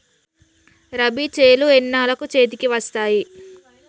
రబీ చేలు ఎన్నాళ్ళకు చేతికి వస్తాయి?